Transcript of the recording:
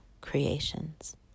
creations